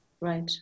Right